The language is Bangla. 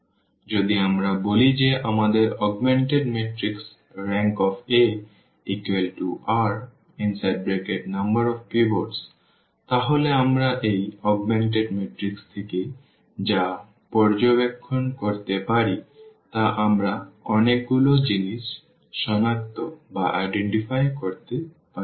সুতরাং যদি আমরা বলি যে আমাদের অগমেন্টেড ম্যাট্রিক্স Rank r তাহলে আমরা এই অগমেন্টেড ম্যাট্রিক্স থেকে যা পর্যবেক্ষণ করতে পারি তা আমরা অনেকগুলো জিনিস শনাক্ত করতে পারি